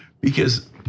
Because-